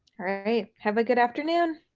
alright. have a good afternoon.